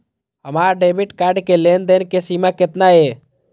हमार debit card के लेन देन के सीमा केतना ये?